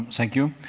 thank you.